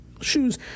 shoes